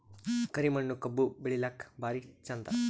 ಕರಿ ಮಣ್ಣು ಕಬ್ಬು ಬೆಳಿಲ್ಲಾಕ ಭಾರಿ ಚಂದ?